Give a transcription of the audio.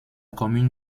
commune